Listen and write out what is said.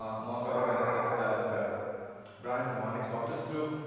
um amongst other benefits that bryan from onix walked us through.